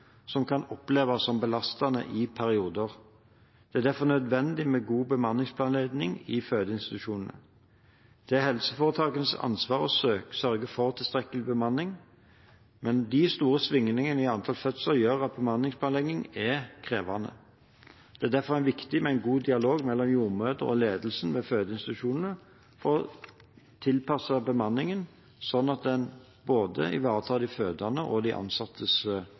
som kan oppleves som belastende i perioder. Det er derfor nødvendig med god bemanningsplanlegging i fødeinstitusjonene. Det er helseforetakenes ansvar å sørge for tilstrekkelig bemanning, men de store svingningene i antall fødsler gjør at bemanningsplanlegging er krevende. Det er derfor viktig med en god dialog mellom jordmødrene og ledelsen ved fødeinstitusjonene for å tilpasse bemanningen slik at den ivaretar både de fødendes og de ansattes